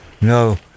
No